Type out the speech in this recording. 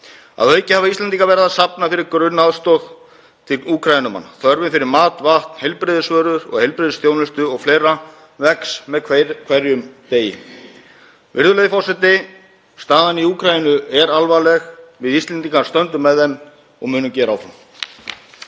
Að auki hafa Íslendingar verið að safna fyrir grunnaðstoð til Úkraínumanna. Þörfin fyrir mat, vatn, heilbrigðisvörur, heilbrigðisþjónustu og fleira vex með hverjum degi. Virðulegur forseti. Staðan í Úkraínu er alvarleg. Við Íslendingar stöndum með Úkraínumönnum og munum gera það áfram.